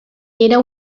era